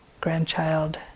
grandchild